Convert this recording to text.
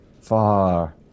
far